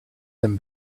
them